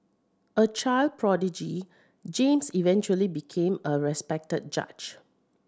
a child prodigy James eventually became a respected judge